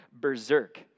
berserk